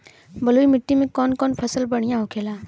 बलुई मिट्टी में कौन कौन फसल बढ़ियां होखेला?